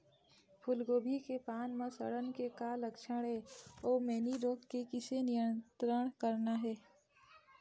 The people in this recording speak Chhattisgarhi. फूलगोभी के पान म सड़न के का लक्षण ये अऊ मैनी रोग के किसे नियंत्रण करना ये?